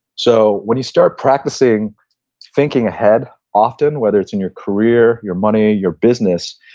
so, when you start practicing thinking ahead often, whether it's in your career, your money, your business,